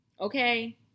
okay